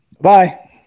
Bye